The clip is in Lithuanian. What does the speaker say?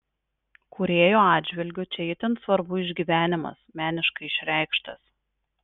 kūrėjo atžvilgiu čia itin svarbu išgyvenimas meniškai išreikštas